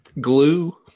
Glue